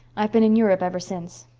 i've been in europe ever since.